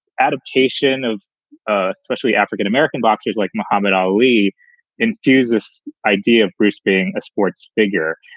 adaptation of ah specially african-american boxers like muhammad ali infuse this idea of bruce being a sports figure.